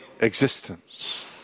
existence